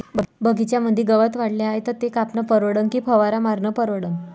बगीच्यामंदी गवत वाढले हाये तर ते कापनं परवडन की फवारा मारनं परवडन?